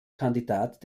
kandidat